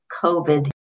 COVID